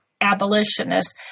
abolitionists